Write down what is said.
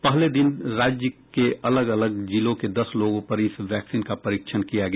पहले दिन राज्य के अलग अलग जिलों के दस लोगों पर इस वैक्सीन का परीक्षण किया गया